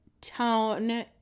town